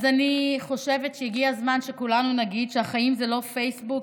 אז אני חושבת שהגיע הזמן שכולנו נגיד שהחיים זה לא פייסבוק,